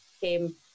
came